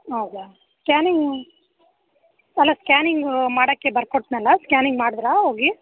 ಹೌದಾ ಸ್ಕ್ಯಾನಿಂಗ್ ಅಲ್ಲ ಸ್ಕ್ಯಾನಿಂಗ್ ಮಾಡೋಕ್ಕೆ ಬರಕೊಟ್ನಲ್ಲ ಸ್ಕ್ಯಾನಿಂಗ್ ಮಾಡಿದ್ರಾ ಹೋಗಿ